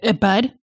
bud